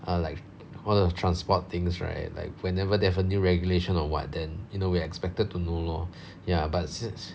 err like all the transport things right like whenever they have a new regulation or what then you know we expected to know lor ya but since